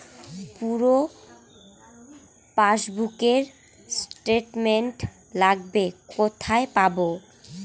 পুরো পাসবুকের স্টেটমেন্ট লাগবে কোথায় পাব?